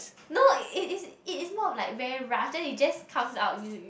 no it is it is not like very rushed then it just comes out you